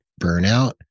burnout